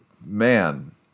man